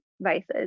vices